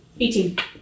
18